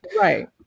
Right